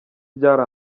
byari